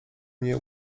mnie